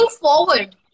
forward